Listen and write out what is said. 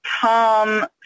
Tom